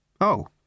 Oh